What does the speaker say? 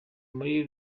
muri